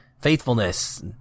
faithfulness